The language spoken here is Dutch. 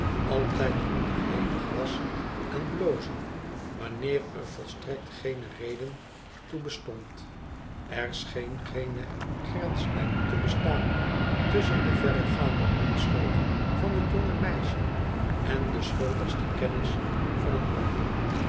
altijd onderhevig was aan blozen wanneer er volstrekt geene reden toe bestond r scheen geene grenslijn te bestaan tusschen de verregaande onschuld van het jonge meisje en de schuldigste kennis van een ander